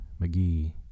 McGee